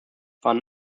van